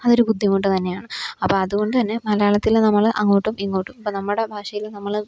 അതൊരു ബുദ്ധിമുട്ട് തന്നെയാണ് അപ്പം അതുകൊണ്ടുതന്നെ മലയാളത്തിൽ നമ്മൾ അങ്ങോട്ടും ഇങ്ങോട്ടും ഇപ്പം നമ്മുടെ ഭാഷയിലും നമ്മൾ